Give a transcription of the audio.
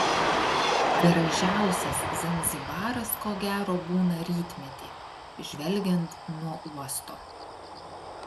gražiausias zanzibaras ko gero būna rytmetį žvelgiant nuo uosto